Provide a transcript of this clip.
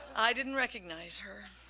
i didn't recognize her.